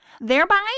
thereby